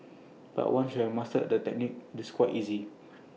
but once you have mastered the technique it's quite easy